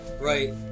right